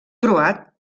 croat